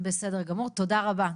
בסדר גמור, תודה רבה.